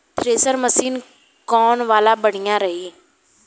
Thresher machine कौन वाला बढ़िया रही?